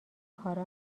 کارا